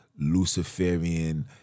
Luciferian